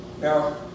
now